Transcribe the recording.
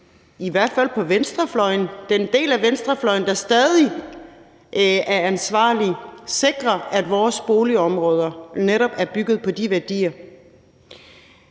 i hvert fald på den del af venstrefløjen, der stadig er ansvarlig, sikrer, at vores boligområder netop er bygget på de værdier.